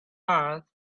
earth